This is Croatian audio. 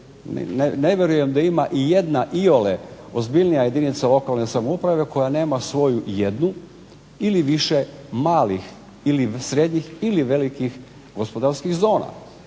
Ne vjerujem da ima ijedna iole ozbiljnija jedinca lokalne samouprave koja nema svoju jednu ili više malih ili srednjih ili velikih gospodarskih zona